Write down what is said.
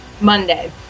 Monday